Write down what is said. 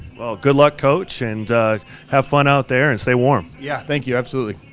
well good luck coach and have fun out there and stay warm. yeah, thank you, absolutely.